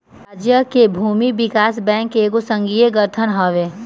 राज्य के भूमि विकास बैंक एगो संघीय संगठन हवे